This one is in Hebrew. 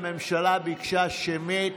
הממשלה ביקשה שמית.